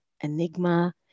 Enigma